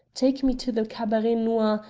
take me to the cabaret noir,